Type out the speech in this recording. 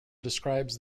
describes